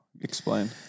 Explain